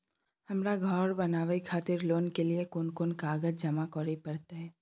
हमरा धर बनावे खातिर लोन के लिए कोन कौन कागज जमा करे परतै?